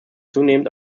zunehmend